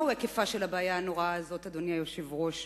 מהו היקפה של הבעיה הנוראה הזאת, אדוני היושב-ראש?